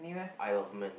Aisle of Men